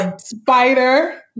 spider